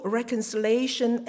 reconciliation